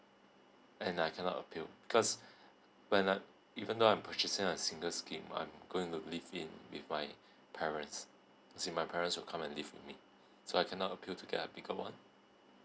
and I cannot appeal because when I even though I'm purchasing on single scheme I'm going to live in with my parents as in my parents will come and live with me so I cannot appeal to get a bigger one